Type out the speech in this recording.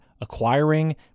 acquiring